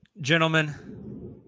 gentlemen